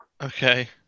Okay